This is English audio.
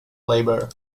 labor